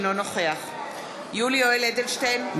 אינו נוכח יולי יואל אדלשטיין,